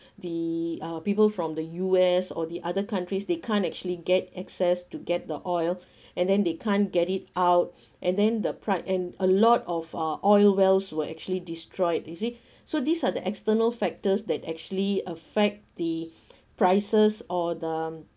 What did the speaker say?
the uh people from the U_S or the other countries they can't actually get access to get the oil and then they can't get it out and then the and a lot of uh oil wells were actually destroyed you see so these are the external factors that actually affect the prices or the